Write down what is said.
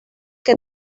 que